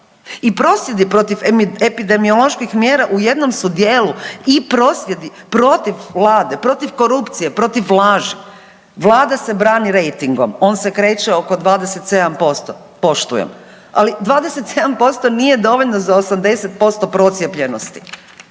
I prosvjedi protiv epidemioloških mjera u jednom su dijelu i prosvjedi protiv vlade, protiv korupcije, protiv laži. Vlada se brani rejtingom, on se kreće oko 27%, poštujem, ali 27% nije dovoljno za 80% procijepljenosti,